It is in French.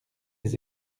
les